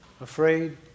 afraid